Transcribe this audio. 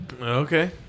Okay